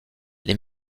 les